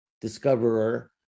discoverer